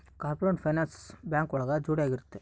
corporate finance bank ಒಳಗ ಜೋಡಿ ಆಗಿರುತ್ತೆ